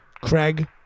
Craig